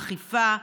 אכיפה,